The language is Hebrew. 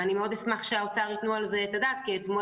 אשמח שאנשי האוצר ייתנו על זה את הדעת כי אתמול